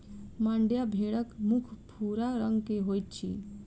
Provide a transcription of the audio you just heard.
मांड्या भेड़क मुख भूरा रंग के होइत अछि